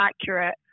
accurate